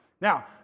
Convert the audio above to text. now